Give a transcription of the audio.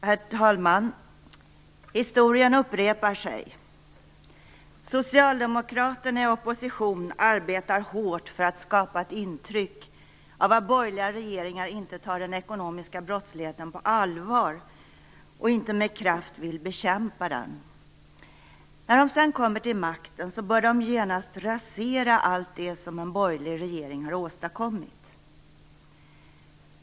Herr talman! Historien upprepar sig. Socialdemokraterna i opposition arbetar hårt för att skapa ett intryck av att borgerliga regeringar inte tar den ekonomiska brottsligheten på allvar och inte med kraft vill bekämpa den. När de sedan kommer till makten börjar de genast rasera allt det som en borgerlig regering har åstadkommit.